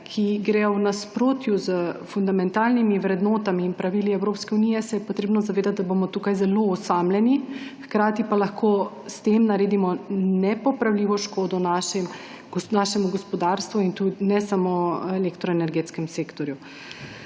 ki so v nasprotju s fundamentalnimi vrednotami in pravili Evropske unije, se je treba zavedati, da bomo tukaj zelo osamljeni, hkrati pa lahko s tem naredimo nepopravljivo škodo našemu gospodarstvu in ne samo elektroenergetskemu sektorju.